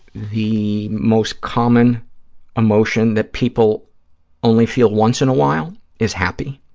the most common emotion that people only feel once in a while is happy,